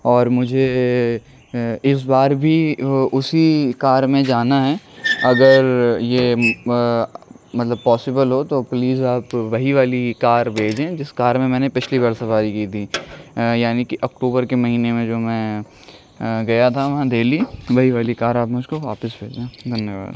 اور مجھے اس بار بھی اسی کار میں جانا ہے اگر یہ مطلب پاسیبل ہو تو پلیز آپ وہی والی کار بھیجیں جس کار میں میں نے پچھلی بار سواری کی تھی یعنی کہ اکٹوبر کے مہینے میں جو میں گیا تھا وہاں دہلی وہی والی کار آپ مجھ کو واپس بھیجیں دھنیہ واد